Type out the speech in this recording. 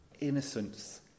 innocence